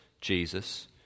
Jesus